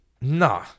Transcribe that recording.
Nah